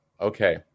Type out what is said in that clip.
Okay